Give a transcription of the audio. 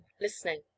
listening